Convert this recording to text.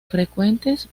frecuentes